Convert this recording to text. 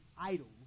idols